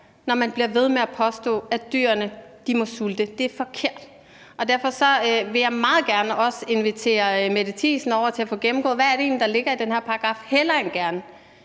når man bliver ved med at påstå, at dyrene må sulte. Det er forkert. Og derfor vil jeg meget gerne også invitere Mette Thiesen over til at få gennemgået, hvad det egentlig er, der ligger i den her paragraf – hellere end gerne.